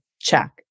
check